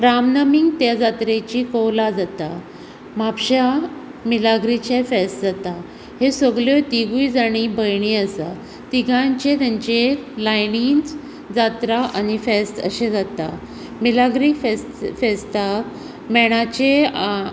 रामनमीक त्या जात्रेचीं कौलां जाता म्हापशा मिलाग्रीचें फेस्त जाता हे सगल्यो तिगूय जाणी भयणी आसा तिगांचे तांचे लायणीन जात्रा आनी फेस्त अशें जाता मिलाग्री फेस्त फेस्ताक मेणाचे